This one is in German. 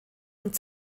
und